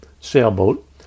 sailboat